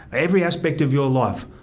every aspect of your life.